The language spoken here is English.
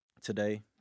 today